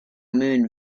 moon